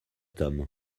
tomes